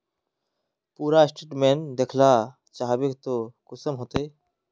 पूरा स्टेटमेंट देखला चाहबे तो कुंसम होते?